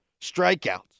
strikeouts